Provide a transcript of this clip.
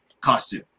costume